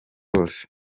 bose